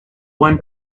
one